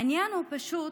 העניין הוא פשוט,